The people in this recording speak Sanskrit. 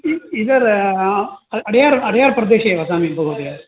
इदर् अड्यार् अड्यार् प्रदेशे वसामि महोदय